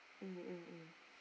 mm